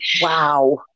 Wow